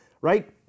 Right